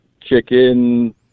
Chicken